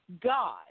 God